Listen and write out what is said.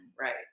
Right